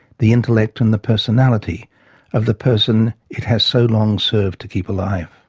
the intellect and the personality of the person it had so long served to keep alive.